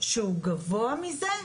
שהוא גבוה מזה,